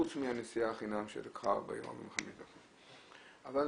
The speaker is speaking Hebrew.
חוץ מהנסיעה חינם שלקחה 45 דקות, אבל